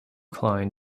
klein